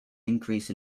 increase